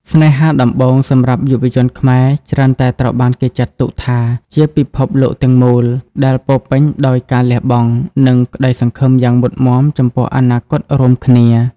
ស្នេហាដំបូងសម្រាប់យុវជនខ្មែរ ច្រើនតែត្រូវបានគេចាត់ទុកថាជាពិភពលោកទាំងមូល ដែលពោរពេញដោយការលះបង់ និងក្តីសង្ឃឹមយ៉ាងមុតមាំចំពោះអនាគតរួមគ្នា។